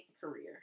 career